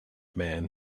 man